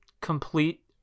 complete